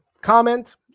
comment